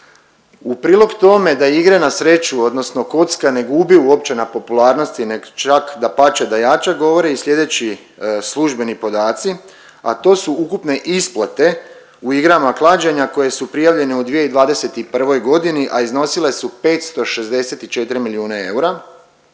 U prilog tome da igre na sreću odnosno kocka ne gubi uopće na popularnosti nego čak dapače da jača govore i slijedeći službeni podaci, a to su ukupne isplate u igrama klađenja koje su prijavljene u 2021. godini, a iznosile su 564 milijuna eura.